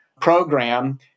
program